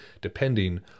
depending